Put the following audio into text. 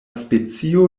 specio